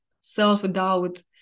self-doubt